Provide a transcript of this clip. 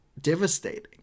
devastating